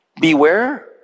Beware